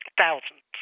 thousands